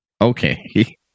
Okay